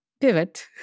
pivot